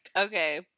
okay